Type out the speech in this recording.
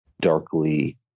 darkly